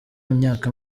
imyaka